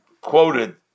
quoted